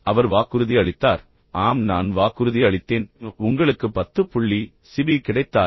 அவர் வாக்குறுதி அளித்தார் ஆனால் அப்பா கூறுகிறார் ஆம் நான் வாக்குறுதி அளித்தேன் உங்களுக்கு 10 புள்ளி சிபிஐ கிடைத்தால்